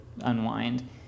unwind